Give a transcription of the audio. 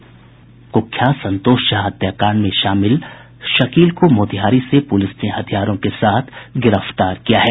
कूख्यात संतोष झा हत्याकांड में शामिल कूख्यात शकील को मोतिहारी से पूलिस ने हथियारों के साथ गिरफ्तार किया है